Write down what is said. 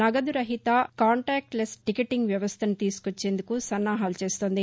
నగదు రహిత contactless ticketing వ్యవస్థను తీసుకొచ్చేందుకు సన్నాహాలు చేస్తోంది